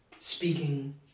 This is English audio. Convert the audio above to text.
Speaking